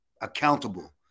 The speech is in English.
accountable